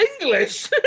English